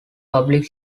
public